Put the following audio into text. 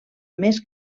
més